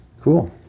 Cool